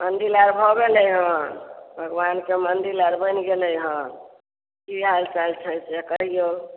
मन्दिल आर भऽ गेलै हन भगवानके मन्दिल आर बनि गेलै हन की हालचाल छनि से कहिऔ